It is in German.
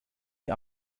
die